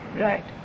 Right